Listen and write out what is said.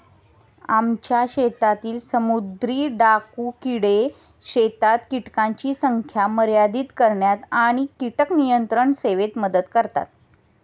आमच्या शेतातील समुद्री डाकू किडे शेतात कीटकांची संख्या मर्यादित करण्यात आणि कीटक नियंत्रण सेवेत मदत करतात